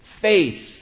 faith